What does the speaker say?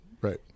right